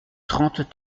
trente